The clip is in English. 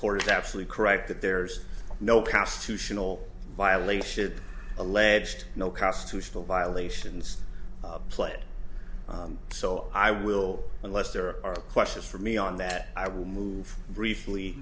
court is absolutely correct that there's no constitutional violation alleged no cost to civil violations play so i will unless there are questions for me on that i will move briefly